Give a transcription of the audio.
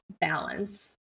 balance